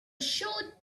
short